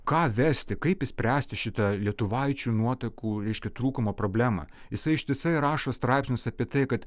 ką vesti kaip išspręsti šitą lietuvaičių nuotakų reiškia trūkumo problemą jisai ištisai rašo straipsnius apie tai kad